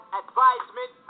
advisement